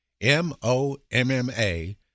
M-O-M-M-A